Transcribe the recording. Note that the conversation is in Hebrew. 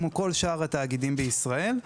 כמו כל שאר התאגידים בישראל.